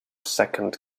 second